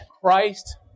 Christ